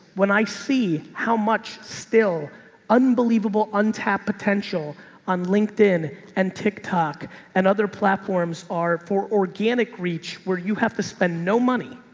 when i see how much still unbelievable untapped potential on linkedin and tick tock and other platforms are for organic reach where you have to spend no money,